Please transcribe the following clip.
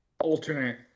alternate